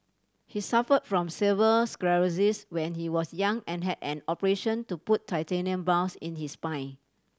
he suffer from severe sclerosis when he was young and had an operation to put titanium bars in his spine